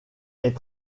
est